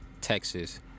Texas